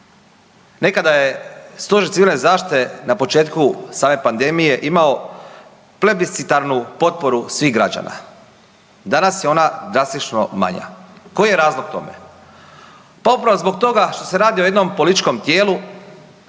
Nekada je Stožer civilne zaštite na početku same pandemije imao plebiscitarnu potporu svih građana, danas je ona drastično manja. Koji je razlog tome? Pa upravo zbog toga što se radi o jednom političkom tijelu